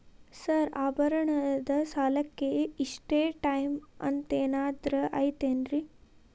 Sir ಆಭರಣದ ಸಾಲಕ್ಕೆ ಇಷ್ಟೇ ಟೈಮ್ ಅಂತೆನಾದ್ರಿ ಐತೇನ್ರೇ?